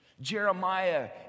Jeremiah